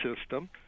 system